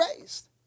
raised